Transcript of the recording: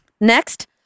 next